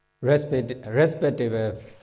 respective